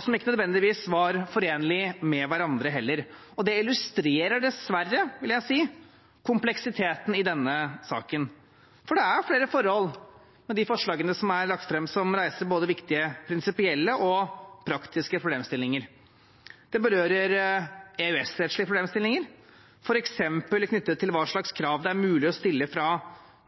som ikke nødvendigvis var forenlig med hverandre heller. Det illustrerer dessverre, vil jeg si, kompleksiteten i denne saken, for det er flere forhold i de forslagene som er lagt fram, som reiser både viktige prinsipielle og praktiske problemstillinger. Det berører EØS-rettslige problemstillinger, f.eks. knyttet til hva slags krav det er mulig å stille fra